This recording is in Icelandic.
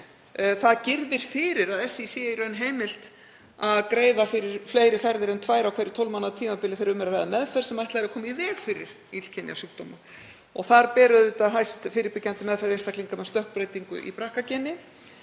Það girðir fyrir að SÍ sé í raun heimilt að greiða fyrir fleiri ferðir en tvær á hverju 12 mánaða tímabili þegar um er að ræða meðferð sem ætlað er að koma í veg fyrir illkynja sjúkdóma. Þar ber auðvitað hæst fyrirbyggjandi meðferð einstaklinga með stökkbreytingu í BRCA-geni.